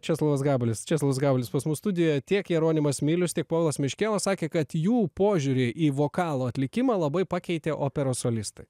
česlovas gabalis česlovas gabalis pas mus studijoje tiek jeronimas milius tiek povilas meškėla sakė kad jų požiūrį į vokalo atlikimą labai pakeitė operos solistai